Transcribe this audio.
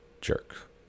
jerk